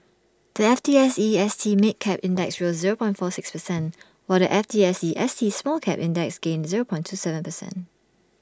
the F T S E S T mid cap index rose zero point four six percent while the F T S E S T small cap index gained zero point two Seven percent